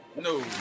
No